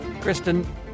Kristen